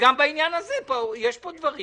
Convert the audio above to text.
וגם בעניין הזה, יש פה דברים